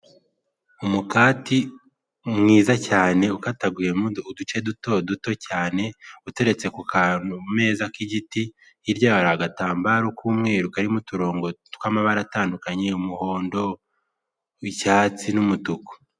Umukati mwiza cyane ukataguyemo uduce duto duto cyane, uteretse ku kameza k'igiti. Hirya hari agatambaro k'umweru karimo uturongo tw'amabara atandukanye, umuhondo, icyatsi n'umutuku.